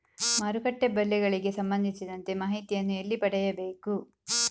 ಮಾರುಕಟ್ಟೆ ಬೆಲೆಗಳಿಗೆ ಸಂಬಂಧಿಸಿದಂತೆ ಮಾಹಿತಿಯನ್ನು ಎಲ್ಲಿ ಪಡೆಯಬೇಕು?